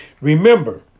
Remember